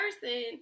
person